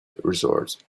resort